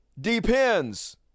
depends